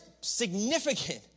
significant